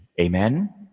Amen